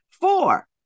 Four